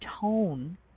tone